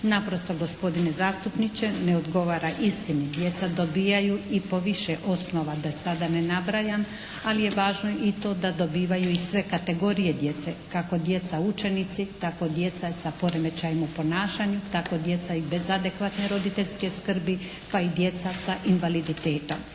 Naprosto gospodine zastupniče ne odgovara istini. Djeca dobijaju i po više osnova da sada ne nabrajam ali je važno i to da dobivaju i sve kategorije djece, kako djeca učenici tako i djeca sa poremećajima u ponašanju, tako djeca i bez adekvatne roditeljske skrbi pa i djeca sa invaliditetom.